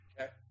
Okay